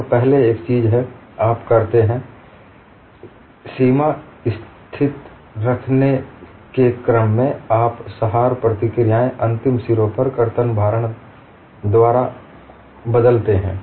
और पहले एक चीज है आप करते हैं सीमा स्थिति लिखने के क्रम में आप सहार प्रतिक्रियाएं अंतिम सिरों पर कर्तन भारण द्वारा बदलते हैं